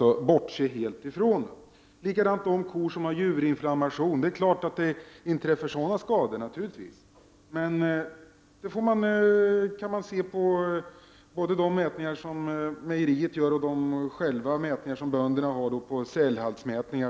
Det inträffar naturligtvis också att kor får juverinflammationer, men det kan man se både vid de mätningar som mejerierna gör och vid de cellhaltsmätningar som bönderna själva gör. De kor som